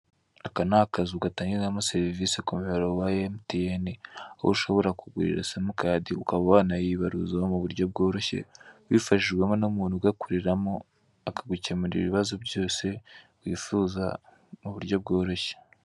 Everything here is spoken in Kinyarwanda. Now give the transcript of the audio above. Aka ni akazu gatangirwamo serivise ku mu yoboro wa Mtn aho ushobora kugurura simukadi ukaba wanayibaruzaho mu buryo bworoshye ubifashijwemo n'umuntu agakoreramo akagukemurira ibibazo byose wifuza mu buryo bworoshye.